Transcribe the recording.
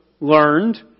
learned